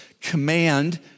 command